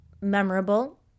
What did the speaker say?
Memorable